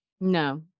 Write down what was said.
No